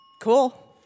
Cool